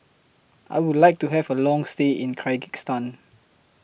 I Would like to Have A Long stay in Kyrgyzstan